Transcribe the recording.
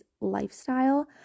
lifestyle